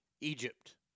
Egypt